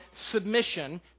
submission